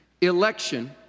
Election